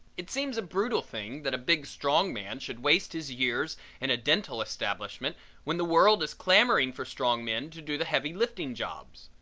it seems a brutal thing that a big strong man should waste his years in a dental establishment when the world is clamoring for strong men to do the heavy lifting jobs.